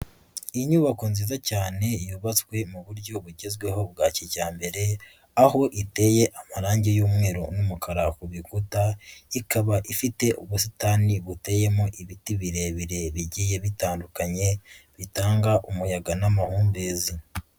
Inyubako nziza cyane yubatswe mu buryo bugezweho bwa kijyambere, aho iteye amarangi y'umweru n'umukara ku bikuta, ikaba ifite ubusitani buteyemo ibiti birebire bigiye bitandukanye bitanga umuyaga n'amahumbezi.